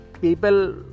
people